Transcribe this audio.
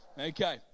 Okay